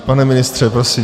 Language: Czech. Pane ministře, prosím.